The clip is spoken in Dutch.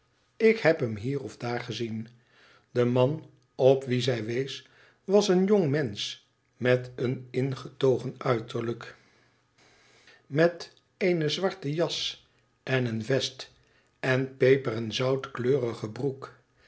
ik heb hem hier of daar gezien de man op wien zij wees was een jongmehsch met een ingetogen uiterlijk met eene zwarte jas en een vest en peper en zoutkleurige broek